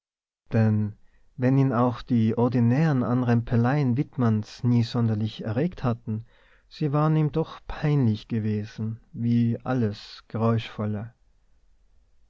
denn wenn ihn auch die ordinären anrempeleien wittmanns nie sonderlich erregt hatten sie waren ihm doch peinlich gewesen wie alles geräuschvolle